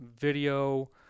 video